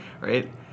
right